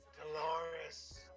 Dolores